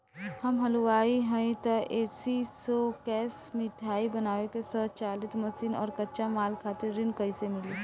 हम हलुवाई हईं त ए.सी शो कैशमिठाई बनावे के स्वचालित मशीन और कच्चा माल खातिर ऋण कइसे मिली?